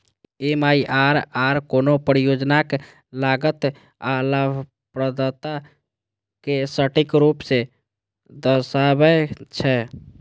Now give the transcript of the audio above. MIRR कोनो परियोजनाक लागत आ लाभप्रदता कें सटीक रूप सं दर्शाबै छै